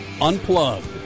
Unplugged